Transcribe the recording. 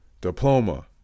diploma